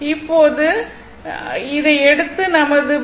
இப்போது எடுத்து நமது V